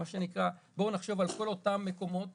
בואו נחשוב על כל אותם מקומות